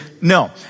no